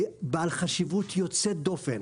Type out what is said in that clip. זה בעל חשיבות יוצאת דופן.